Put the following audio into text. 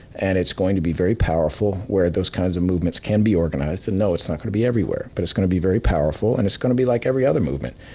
and it's going to be very powerful where those kinds of movements can be organized, and no, it's not gonna be everywhere. but it's gonna be very powerful, and it's gonna be like every other movement.